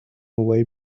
away